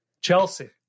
Chelsea